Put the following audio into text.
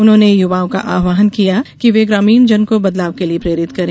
उन्होंने युवाओं का आव्हान किया कि वे ग्रामीण जन को बदलाव के लिए प्रेरित करें